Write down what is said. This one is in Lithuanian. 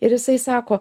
ir jisai sako